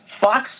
Fox